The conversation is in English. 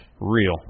Real